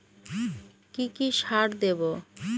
কি কি সার দেবো?